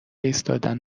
ایستادن